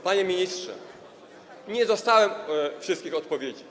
Panie ministrze, nie dostałem wszystkich odpowiedzi.